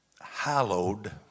hallowed